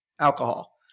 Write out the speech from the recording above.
alcohol